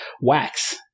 wax